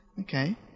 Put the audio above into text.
Okay